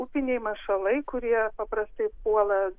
upiniai mašalai kurie paprastai puola